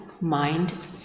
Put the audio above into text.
mind